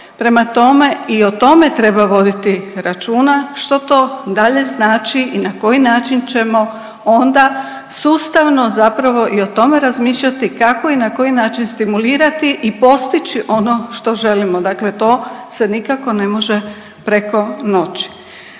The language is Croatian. Prema tome, i o tome treba voditi računa što to dalje znači i na koji način ćemo onda sustavno zapravo i o tome razmišljati kako i na koji način stimulirati i postići ono što želimo, dakle to se nikako ne može preko noći.